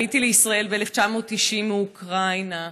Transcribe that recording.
עליתי לישראל ב-1990 מאוקראינה.